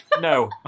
No